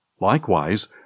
Likewise